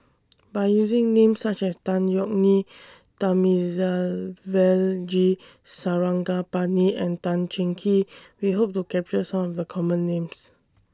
By using Names such as Tan Yeok Nee Thamizhavel G Sarangapani and Tan Cheng Kee We Hope to capture Some of The Common Names